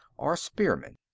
are spearmen.